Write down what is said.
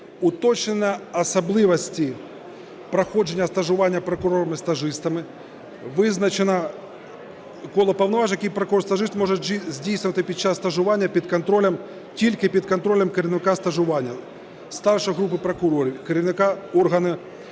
уточнено особливості проходження стажування прокурорами-стажистами, визначено коло повноважень, які прокурор-стажист може здійснювати під час стажування під контролем, тільки під контролем керівника стажування (старшого групи прокурорів, керівника органу